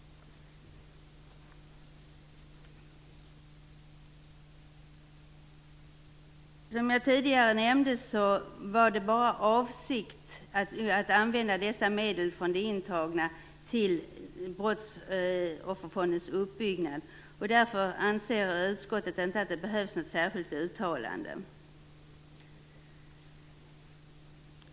Som jag tidigare nämnde var det bara en avsikt att använda dessa medel från de intagna till Brottsofferfondens uppbyggnad. Därför anser utskottet inte att det behövs något särskilt uttalande.